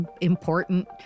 important